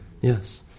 Yes